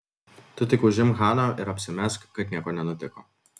tu tik užimk haną ir apsimesk kad nieko nenutiko